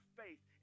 faith